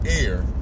air